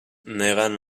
neguen